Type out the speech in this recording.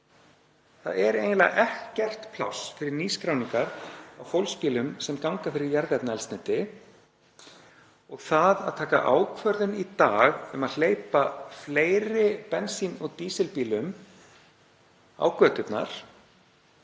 Það er eiginlega ekkert pláss fyrir nýskráningar á fólksbílum sem ganga fyrir jarðefnaeldsneyti. Það að taka ákvörðun í dag um að hleypa fleiri bensín- og dísilbílum á göturnar